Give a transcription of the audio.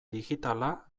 digitala